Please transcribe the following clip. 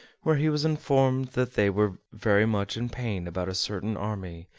where he was informed that they were very much in pain about a certain army,